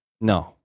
No